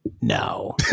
No